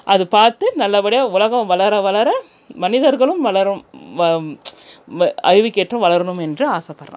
அது பார்த்து நல்லபடியாக உலகம் வளர வளர மனிதர்களும் வளரும் வ அறிவிற்கேற்ற வளரணும் என்று ஆசைப்பட்றேன்